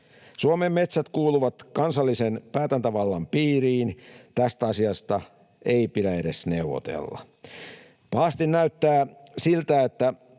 Suomen metsät kuuluvat kansallisen päätäntävallan piiriin — tästä asiasta ei pidä edes neuvotella. Pahasti näyttää siltä, että